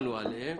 הצבענו עליהן.